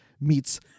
meets